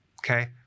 okay